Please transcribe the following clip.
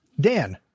Dan